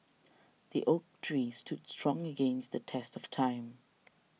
the oak tree stood strong against the test of time